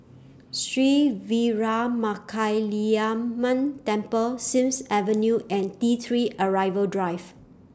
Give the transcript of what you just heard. Sri Veeramakaliamman Temple Sims Avenue and T three Arrival Drive